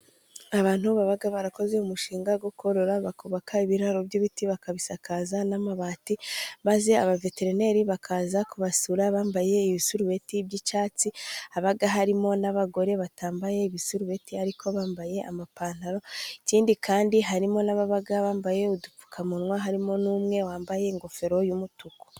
Abantu baba barakoze umushinga wo korora bakubaka ibiraro by'ibiti bakabisakaza n'amabati, maze abaveterineri bakaza kubasura bambaye ibisurubeti by'icyatsi haba harimo n'abagore batambaye ibiserubeti, ariko bambaye amapantaro ikindi kandi harimo n'ababa bambaye udupfukamunwa, harimo n'umwe wambaye ingofero y'umutuku.